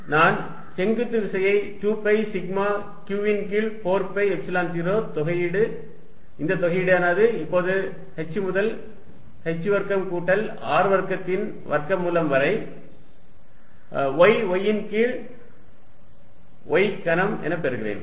நான் செங்குத்து விசையை 2 பை சிக்மா q ன் கீழ் 4 பை எப்சிலன் 0 தொகையீடு இந்த தொகையீடானது இப்போது h முதல் h வர்க்கம் கூட்டல் R வர்க்கத்தின் வர்க்கமூலம் வரை y dy ன் கீழ் y கனம் என பெறுகிறேன்